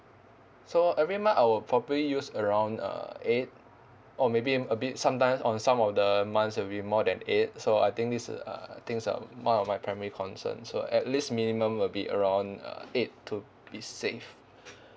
so every month I'll probably use around uh eight or maybe a bit sometimes or some of the months will be more than eight so I think it's a uh I think it's a one of my primary concerns so at least minimum will be around uh eight to be safe